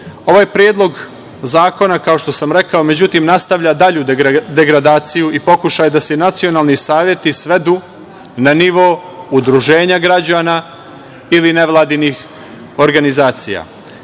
predlog zakona, kao što sam rekao, međutim, nastavlja dalju degradaciju i pokušaj da se nacionalni saveti svedu na nivo udružena građana ili nevladinih organizacija